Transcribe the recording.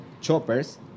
choppers